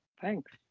thanks